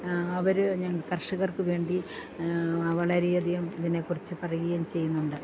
അവർ കർഷകർക്ക് വേണ്ടി വളരെ അധികം ഇതിനെക്കുറിച്ച് പറയുകയും ചെയ്യുന്നുണ്ട്